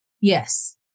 Yes